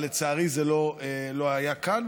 אבל לצערי זה לא היה כאן.